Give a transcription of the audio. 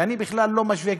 ואני בכלל לא משווה,